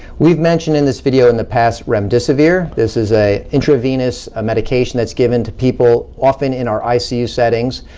we've mentioned in this video in the past remdesivir, this is a intravenous ah medication that's given to people, often in our icu settings,